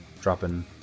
dropping